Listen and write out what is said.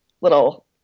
little